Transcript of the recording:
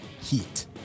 heat